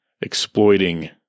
exploiting